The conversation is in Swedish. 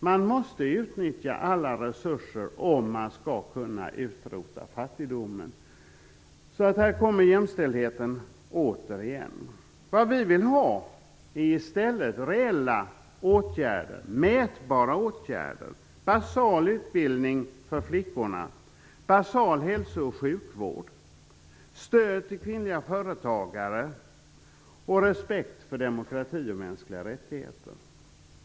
Man måste utnyttja alla resurser om man skall kunna utrota fattigdomen. Här kommer återigen jämställdheten. Vad vi vill ha är i stället reella åtgärder, mätbara åtgärder, basal utbildning för flickorna, basal hälso och sjukvård, stöd till kvinnliga företagare och respekt för demokrati och mänskliga rättigheter.